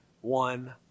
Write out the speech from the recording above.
One